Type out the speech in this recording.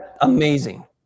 amazing